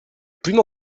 primo